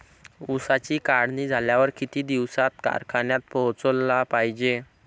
ऊसाची काढणी झाल्यावर किती दिवसात कारखान्यात पोहोचला पायजे?